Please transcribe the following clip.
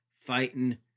fighting